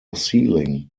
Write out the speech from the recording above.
ceiling